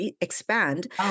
expand